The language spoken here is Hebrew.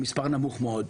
המספר נמוך מאוד.